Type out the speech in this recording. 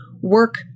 work